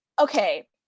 okay